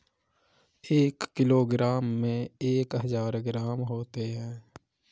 एक किलोग्राम में एक हजार ग्राम होते हैं